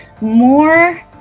more